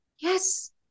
Yes